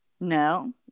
No